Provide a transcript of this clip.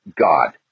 God